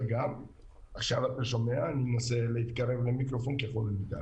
לא חסר לנו חול במדינה שצריך להביא למדינה.